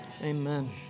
Amen